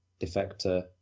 Defector